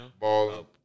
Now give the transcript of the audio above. balling